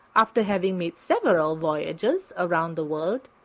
after having made several voyages around the world,